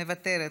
מוותרת,